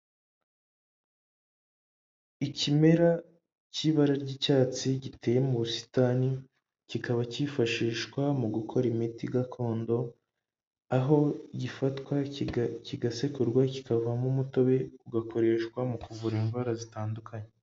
Ikimera cy'ibara ry'icyatsi giteye mu busitani, kikaba cyifashishwa mu gukora imiti gakondo, aho gifatwa, kigasekurwa, kikavamo umutobe, ugakoreshwa mu kuvura indwara zitandukanye.